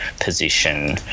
position